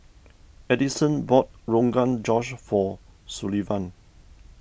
Addyson bought Rogan Josh for Sullivan